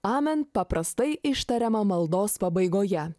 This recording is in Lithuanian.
amen paprastai ištariama maldos pabaigoje